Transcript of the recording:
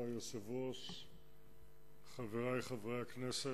אני חושב שצריך לשבת